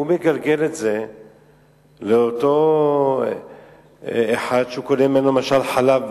הוא מגלגל את זה לאותו אחד שהוא קונה ממנו למשל חלב